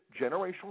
generational